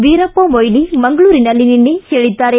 ವೀರಪ್ಪ ಮೊಯ್ಲಿ ಮಂಗಳೂರಿನಲ್ಲಿ ನಿನ್ನೆ ಹೇಳಿದ್ದಾರೆ